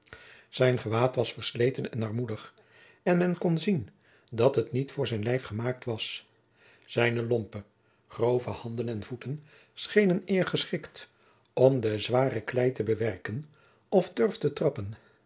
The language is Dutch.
zijn gewaad was versleten en armoedig en men kon zien dat het niet voor zijn lijf gemaakt was zijne lompe grove handen en voeten schenen eer geschikt om de zware klei te bewerken of turf te trappen